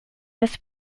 this